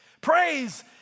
praise